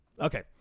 Okay